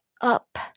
up